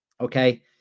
okay